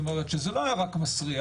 שזה לא היה רק מסריח,